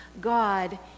God